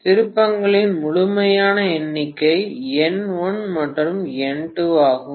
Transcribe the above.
திருப்பங்களின் முழுமையான எண்ணிக்கை N1 மற்றும் N2 ஆகும்